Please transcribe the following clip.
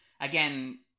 Again